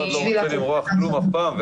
אף אחד לא רוצה "למרוח" כלום אף פעם.